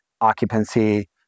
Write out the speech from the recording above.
occupancy